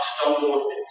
stumbled